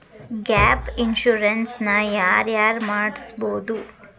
Gap insurance ನ ಯಾರ್ ಯಾರ್ ಮಡ್ಸ್ಬೊದು?